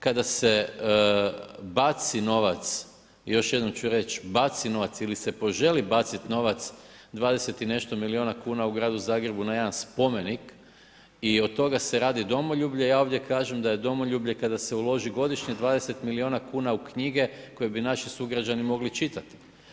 Kada se baci novac, još jednom ću reći, baci novac ili se poželi bacit novac, 20 i nešto miliona kuna u gradu Zagrebu na jedan spomenik i od toga se radi domoljublje, ja ovdje kažem da je domoljublje kada se uloži godišnje 20 miliona kuna u knjige koje bi naši sugrađani mogli čitati.